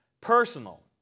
personal